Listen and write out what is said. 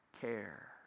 care